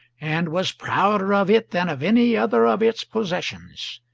and was prouder of it than of any other of its possessions.